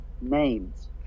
names